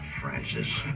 Francis